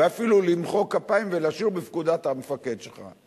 ואפילו למחוא כפיים ולשיר בפקודת המפקד שלך.